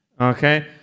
okay